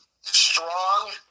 strong